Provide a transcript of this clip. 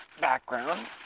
background